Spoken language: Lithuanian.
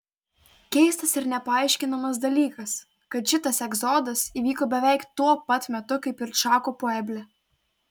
keistas ir nepaaiškinamas dalykas kad šitas egzodas įvyko beveik tuo pat metu kaip ir čako pueble